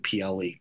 PLE